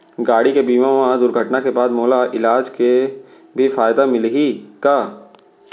गाड़ी के बीमा मा दुर्घटना के बाद मोला इलाज के भी फायदा मिलही का?